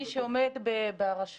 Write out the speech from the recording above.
מי שעומד בראש